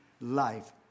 life